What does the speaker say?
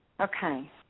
Okay